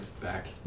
back